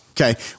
Okay